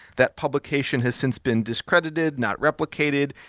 that publication has since been discredited, not replicated.